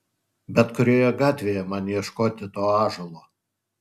bet kurioje gatvėje man ieškoti to ąžuolo